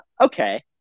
Okay